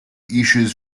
issues